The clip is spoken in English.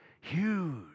huge